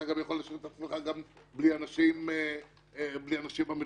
אתה יכול להשאיר את עצמך גם בלי אנשים במכרזים.